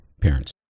parents